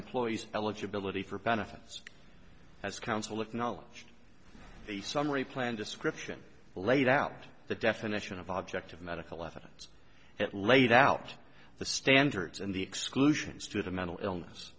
employee's eligibility for benefits as counsel acknowledged the summary plan description laid out the definition of object of medical evidence that laid out the standards and the exclusions to the mental illness